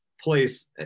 place